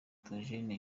theogene